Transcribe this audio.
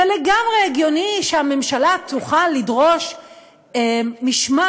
ולגמרי הגיוני שהממשלה תוכל לדרוש משמעת